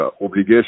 obligation